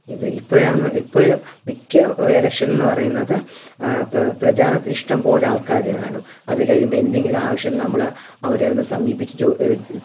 E ഇപ്പഴാന്ന് ഇപ്പോൾ മിക്ക എലക്ഷനെന്നു പറയുന്നത് പ്ര പ്രചാരണത്തിന് ഇഷ്ടം പോലെ ആൾക്കാർ കാണും അത് കഴിയുമ്പോൾ എന്തെങ്കിലും ആവശ്യത്തിന് നമ്മൾ അവരെയൊന്ന് സമീപിച്ചിട്ട് ഒ